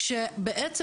כשבעצם,